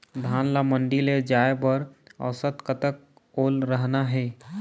धान ला मंडी ले जाय बर औसत कतक ओल रहना हे?